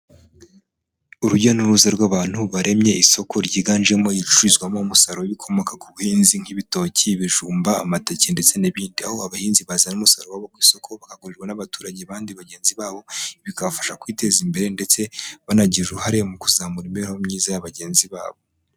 Urujya n'uruza rw'abantu baremye isoko ryiganjemo iricururizwamo umusaruro w'ibikomoka ku buhinzi nk'ibitoki, ibijumba, amateke ndetse n'ibindi, aho abahinzi bazana umusaruro wabo ku isoko bakagurirwa n'abaturage bandi bagenzi babo, bikabafasha kwiteza imbere ndetse banagira uruhare mu kuzamura imibereho myiza ya bagenzi babo.